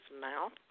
mouth